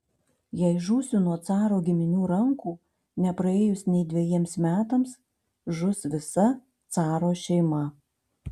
jei žūsiu nuo caro giminių rankų nepraėjus nei dvejiems metams žus visa caro šeima